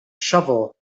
shovel